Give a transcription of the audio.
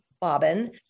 bobbin